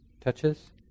touches